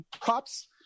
props